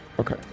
Okay